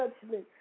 judgment